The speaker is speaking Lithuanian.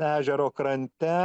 ežero krante